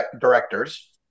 directors